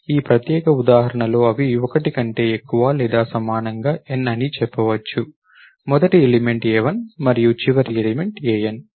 ఈ ప్రత్యేక ఉదాహరణలో అవి 1 కంటే ఎక్కువ లేదా సమానంగా n అని చెప్పవచ్చు మొదటి ఎలిమెంట్ a1 మరియు చివరి ఎలిమెంట్ an